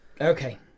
Okay